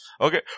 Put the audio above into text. okay